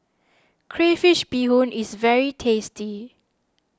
Crayfish BeeHoon is very tasty